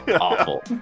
awful